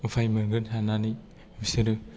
उफाय मोनगोन साननानै बिसोरो